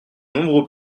nombreux